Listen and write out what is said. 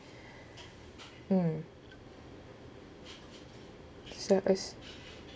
mm so is